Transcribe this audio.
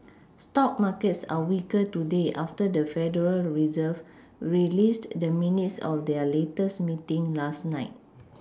stock markets are weaker today after the federal Reserve released the minutes of their latest meeting last night